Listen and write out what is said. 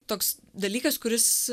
toks dalykas kuris